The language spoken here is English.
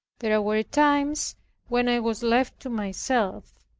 there were times when i was left to myself.